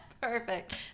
perfect